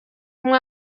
umwe